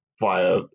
via